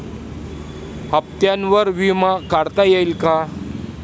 हप्त्यांवर विमा काढता येईल का?